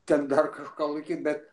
ten dar kažką laikyt bet